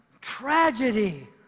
tragedy